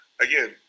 again